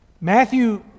Matthew